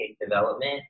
development